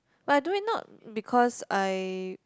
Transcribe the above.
but I do it not because I